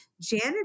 Janet